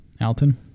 Alton